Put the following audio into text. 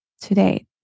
today